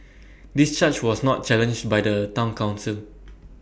this charge was not challenged by the Town Council